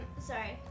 sorry